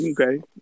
okay